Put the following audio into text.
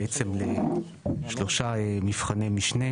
שמחולק לשלושה מבחני משנה,